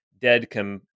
dead